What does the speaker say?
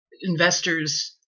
investors